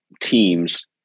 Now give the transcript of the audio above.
teams